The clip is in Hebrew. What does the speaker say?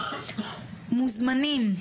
מוזמנים,